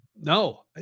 no